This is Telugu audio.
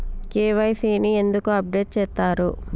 కే.వై.సీ ని ఎందుకు అప్డేట్ చేత్తరు?